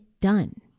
done